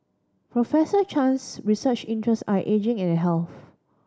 Professor Chan's research interest are ageing and health